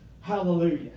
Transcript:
Hallelujah